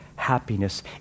happiness